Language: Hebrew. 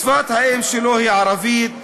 ושפת האם שלו היא ערבית.